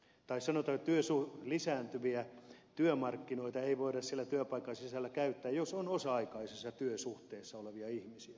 tässä täytyy sun lisääntyviä työmarkkinoita ei voida siellä työpaikan sisällä käyttää jos on osa aikaisessa työsuhteessa olevia ihmisiä